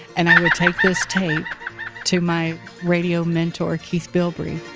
and i would take this tape to my radio mentor, keith bilbrey.